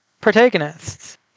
protagonists